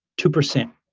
two percent.